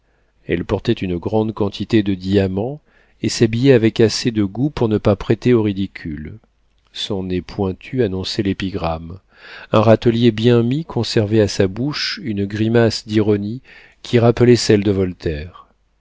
elle portait une grande quantité de diamants et s'habillait avec assez de goût pour ne pas prêter au ridicule son nez pointu annonçait l'épigramme un râtelier bien mis conservait à sa bouche une grimace d'ironie qui rappelait celle de voltaire